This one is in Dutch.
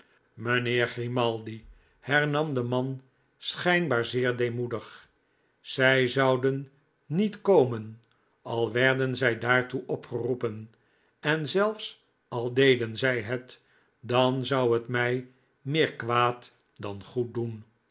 mijnheer grimaldi hernam de man schijnbaar zeer deemoedig zij zouden niet komen al werden zij daartoe opgeroepen en zelfs al deden zij het dan zou het mij meer kwaaddan goed doen